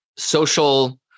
Social